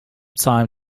time